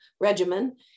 regimen